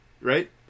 right